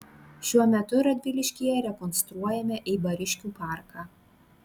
šiuo metu radviliškyje rekonstruojame eibariškių parką